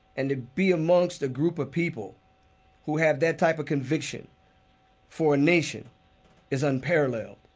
and to be amongst a group of people who have that type of conviction for a nation is unparalleled.